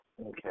Okay